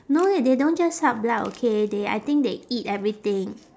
no leh they don't just suck blood okay they I think they eat everything